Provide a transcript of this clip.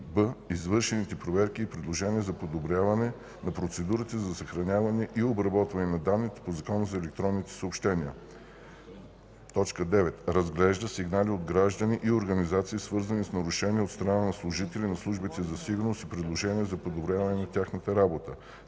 б) извършените проверки и предложения за подобряване на процедурите за съхраняване и обработване на данните по Закона за електронните съобщения. 9. разглежда сигнали от граждани и организации свързани с нарушения от страна на служители на службите за сигурност и предложения за подобряване на тяхната работа;